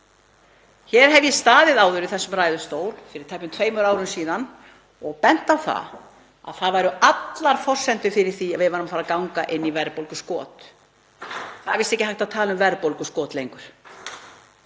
Hér hef ég staðið áður í þessum ræðustól fyrir tæpum tveimur árum síðan og bent á að það væru allar forsendur fyrir því að við værum að ganga inn í verðbólguskot. Það er víst ekki hægt að tala um verðbólguskot lengur.